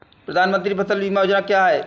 प्रधानमंत्री फसल बीमा योजना क्या है?